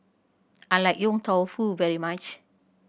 I like Yong Tau Foo very much